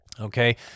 Okay